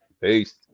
Peace